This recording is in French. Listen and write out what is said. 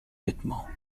vêtements